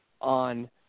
on